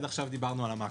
עד עכשיו דיברנו על המקרו.